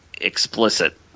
explicit